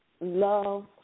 love